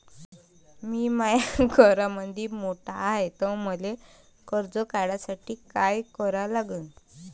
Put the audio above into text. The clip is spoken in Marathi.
मी माया घरामंदी मोठा हाय त मले कर्ज काढासाठी काय करा लागन?